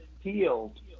healed